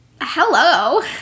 Hello